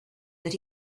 that